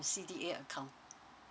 C_D_A account